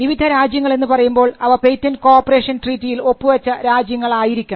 വിവിധ രാജ്യങ്ങൾ എന്നുപറയുമ്പോൾ അവ പേറ്റന്റ് കോഓപ്പറേഷൻ ട്രീറ്റിയിൽ ഒപ്പുവച്ച രാജ്യങ്ങൾ ആയിരിക്കണം